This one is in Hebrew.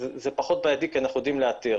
זה פחות בעייתי כי אנחנו יודעים לאתר